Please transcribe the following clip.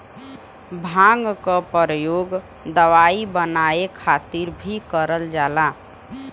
भांग क परयोग दवाई बनाये खातिर भीं करल जाला